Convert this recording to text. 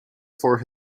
for